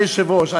אדוני היושב-ראש,